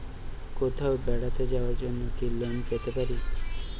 কোথাও বেড়াতে যাওয়ার জন্য কি লোন পেতে পারি?